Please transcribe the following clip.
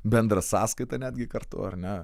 bendrą sąskaitą netgi kartu ar ne